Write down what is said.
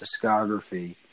discography